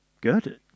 good